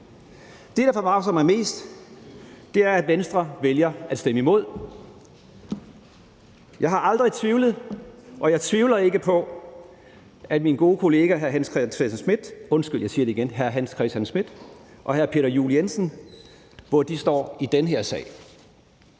Det, der forbavser mig mest, er, at Venstre vælger at stemme imod. Jeg har aldrig tvivlet og jeg tvivler ikke på, hvor mine gode kollegaer hr. Hans Christian Schmidt og hr. Peter Juel-Jensen står i den her sag.